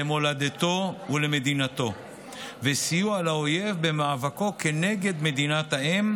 למולדתו ולמדינתו וסיוע לאויב במאבקו כנגד מדינת האם